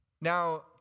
Now